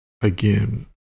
again